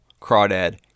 Crawdad